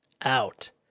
out